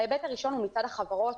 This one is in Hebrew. ההיבט הראשון הוא מצד החברות,